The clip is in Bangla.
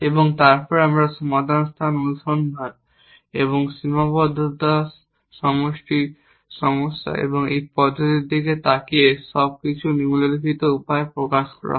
এবং তারপর আমরা সমাধান স্থান অনুসন্ধান এবং সীমাবদ্ধতা সন্তুষ্টি সমস্যা এই পদ্ধতির দিকে তাকিয়ে সবকিছু নিম্নলিখিত উপায়ে প্রকাশ করা হয়